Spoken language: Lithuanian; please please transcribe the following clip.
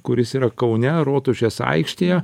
kuris yra kaune rotušės aikštėje